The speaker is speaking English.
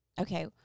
Okay